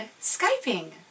Skyping